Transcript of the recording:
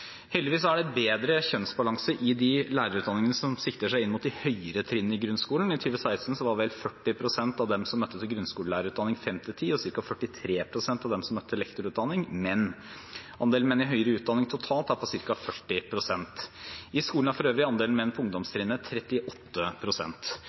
Heldigvis er det bedre kjønnsbalanse i de lærerutdanningene som sikter seg inn mot de høyere trinnene i grunnskolen. I 2016 var vel 40 pst. av dem som møtte til grunnskoleutdanning 5–10 og ca. 43 pst. av dem som møtte til lektorutdanning, menn. Andelen menn i høyere utdanning totalt er på ca. 40 pst. I skolen er for øvrig andelen menn på